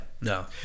no